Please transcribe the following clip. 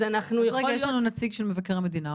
יש לנו נציג של מבקר המדינה,